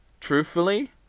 Truthfully